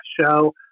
show